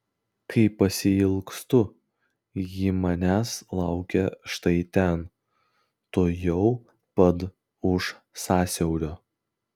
kai pasiilgstu ji manęs laukia štai ten tuojau pat už sąsiaurio